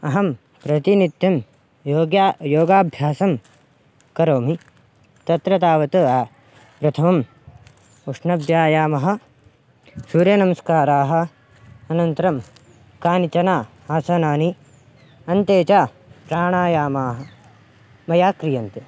अहं प्रतिनित्यं योगः योगाभ्यासं करोमि तत्र तावत् प्रथमम् उष्णव्यायामः सूर्यनमस्काराः अनन्तरं कानिचन आसनानि अन्ते च प्राणायामाः मया क्रियन्ते